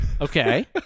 Okay